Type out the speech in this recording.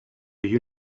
you